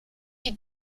die